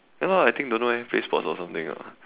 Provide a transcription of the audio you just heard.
ya lor I think don't know eh play sports or something ah